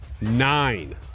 Nine